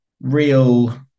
real